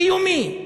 קיומי.